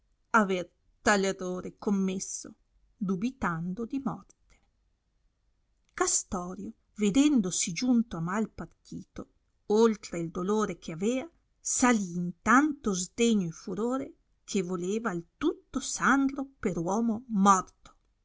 aver tal errore commesso dubitando di morte castorio vedendosi giunto a mal partito oltre il dolore che avea salì in tanto sdegno e furore che voleva al tutto sandro per uomo morto